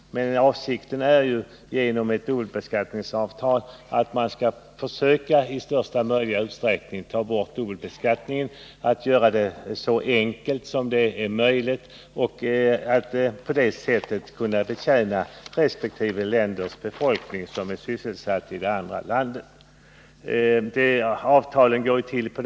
Men avsikten med ett dubbelbeskattningsavtal är ju att i största möjliga utsträckning ta bort dubbelskattningen, att göra det så enkelt som möjligt för resp. länders medborgare som är sysselsatta i det andra landet.